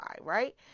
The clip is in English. Right